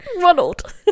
ronald